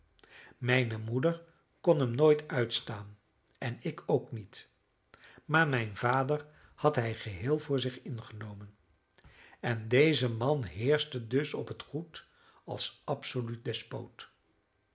mijne moeder kon hem nooit uitstaan en ik ook niet maar mijn vader had hij geheel voor zich ingenomen en deze man heerschte dus op het goed als absoluut despoot